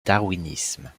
darwinisme